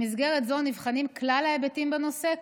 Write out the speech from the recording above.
במסגרת זו נבחנים כלל ההיבטים בנושא,